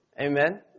Amen